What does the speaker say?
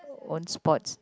own sports